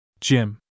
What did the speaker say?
Jim